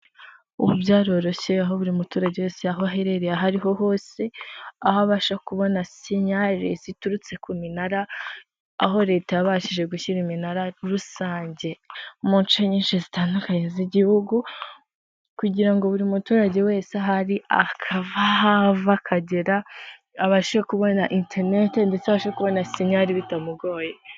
Ubu byaroroshye aho buri muturage wese aho aherereye aha ariho hose, aho abasha kubona sinyale ziturutse ku minara, aho Leta yabashije gushyira iminara rusange. Mu nce nyinshi zitandukanye z'igihugu, kugira ngo buri muturage wese ahari akava ahava akagera, abashe kubona enterinete ndetse abashe kubona sinyali bitamugoye.